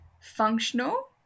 Functional